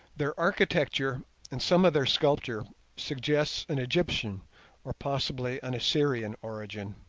their architecture and some of their sculptures suggest an egyptian or possibly an assyrian origin